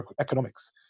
economics